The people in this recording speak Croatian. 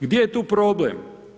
Gdje je tu problem?